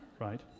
Right